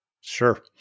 Sure